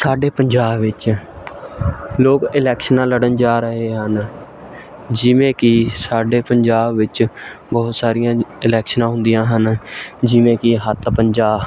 ਸਾਡੇ ਪੰਜਾਬ ਵਿੱਚ ਲੋਕ ਇਲੈਕਸ਼ਨਾਂ ਲੜਨ ਜਾ ਰਹੇ ਹਨ ਜਿਵੇਂ ਕਿ ਸਾਡੇ ਪੰਜਾਬ ਵਿੱਚ ਬਹੁਤ ਸਾਰੀਆਂ ਇਲੈਕਸ਼ਨਾਂ ਹੁੰਦੀਆਂ ਹਨ ਜਿਵੇਂ ਕਿ ਹੱਥ ਪੰਜਾ